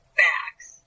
facts